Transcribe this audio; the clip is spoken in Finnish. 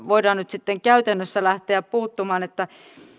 voidaan nyt sitten käytännössä lähteä puuttumaan